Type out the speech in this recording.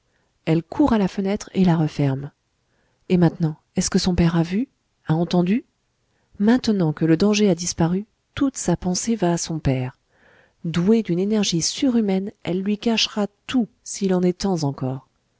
elle court à la fenêtre et la referme et maintenant est-ce que son père a vu a entendu maintenant que le danger a disparu toute sa pensée va à son père douée d'une énergie surhumaine elle lui cachera tout s'il en est temps encore